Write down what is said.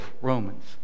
Romans